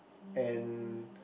and